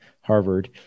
Harvard